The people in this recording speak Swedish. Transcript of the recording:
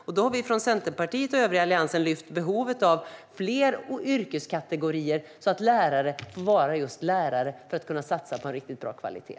Vi har från Centerpartiet och den övriga Alliansen lyft fram behovet av fler yrkeskategorier, så att lärare får vara just lärare, för att kunna satsa på en riktigt bra kvalitet.